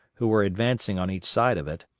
who were advancing on each side of it,